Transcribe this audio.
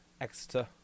Exeter